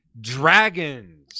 Dragons